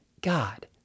God